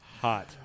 Hot